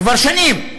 כבר שנים.